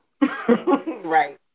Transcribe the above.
Right